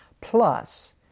plus